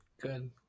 Good